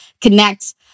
connect